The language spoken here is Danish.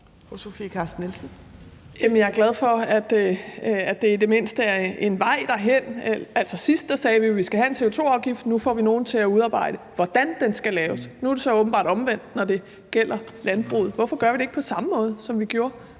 jeg er glad for, at der i det mindste er en vej derhen. Sidst sagde vi jo: Vi skal have en CO2-afgift; nu får vi nogen til at udarbejde, hvordan den skal laves. Nu er det så åbenbart omvendt, når det gælder landbruget. Hvorfor gør vi det ikke på samme måde, som vi gjorde